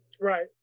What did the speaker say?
Right